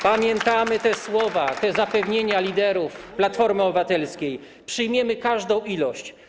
Pamiętamy te słowa, te zapewnienia liderów Platformy Obywatelskiej: przyjmiemy każdą ilość.